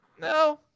No